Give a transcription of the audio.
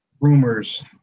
rumors